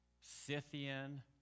Scythian